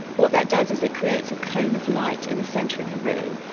what that does is it creates a cone of light in the centre of the room,